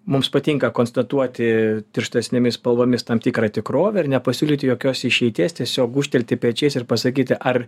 mums patinka konstatuoti tirštesnėmis spalvomis tam tikrą tikrovę ar nepasiūlyti jokios išeities tiesiog gūžtelti pečiais ir pasakyti ar